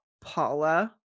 Paula